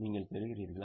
நீங்கள் பெறுகிறீர்களா